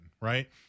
right